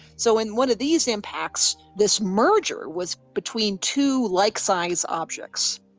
so in one of these impacts, this merger was between two like-sized objects.